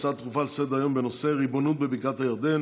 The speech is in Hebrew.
הצעה דחופה לסדר-היום בנושא: ריבונות בבקעת הירדן